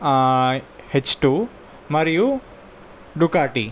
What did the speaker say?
H two మరియు Ducati